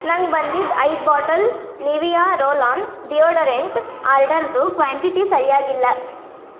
ನಂಗೆ ಬಂದಿದ್ದ ಐದು bottle Nivea roll on deodorant ಆರ್ಡರ್ದು ಕ್ವಾಂಟಿಟಿ ಸರಿಯಾಗಿಲ್ಲ